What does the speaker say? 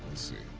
see